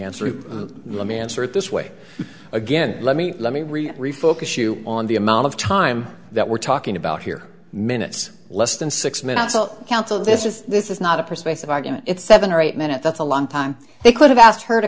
answer let me answer it this way again let me let me read it refocus you on the amount of time that we're talking about here minutes less than six minutes counsel this is this is not a persuasive argument it's seven or eight minute that's a long time they could have asked her to